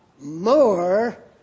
more